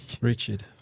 Richard